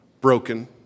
broken